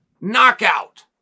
knockout